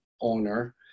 owner